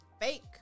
fake